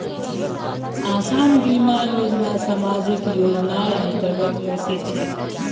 आसान बीमा योजना सामाजिक योजनार अंतर्गत ओसे छेक